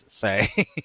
say